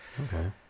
Okay